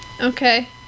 okay